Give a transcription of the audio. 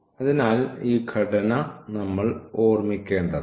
അതിനാൽ ഈ ഘടന നമ്മൾ ഓർമ്മിക്കേണ്ടതാണ്